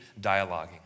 dialoguing